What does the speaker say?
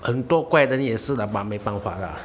很多怪人也是啦 but 没办法啦